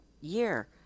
year